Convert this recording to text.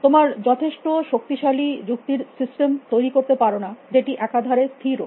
তোমরা যথেষ্ট শক্তিশালী যুক্তির সিস্টেম তৈরী করতে পারো না যেটি একাধারে স্থিরও